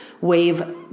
wave